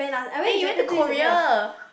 eh you went to Korea